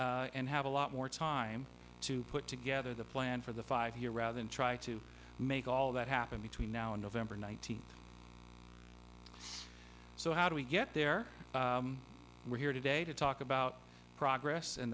and have a lot more time to put together the plan for the five year rather than try to make all that happen between now and november nineteenth so how do we get there we're here today to talk about progress